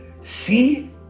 See